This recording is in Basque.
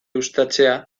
uztatzea